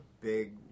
big